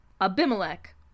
Abimelech